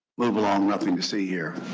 move along, nothing to see here.